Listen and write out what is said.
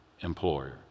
employer